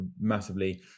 massively